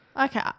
Okay